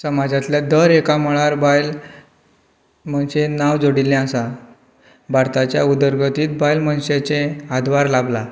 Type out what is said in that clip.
समाजांतल्या दर एका मळार बायल मनशेन नांव जोडिल्लें आसा भारताच्या उदरगतींत बायल मनशेचें हातभार लाभलां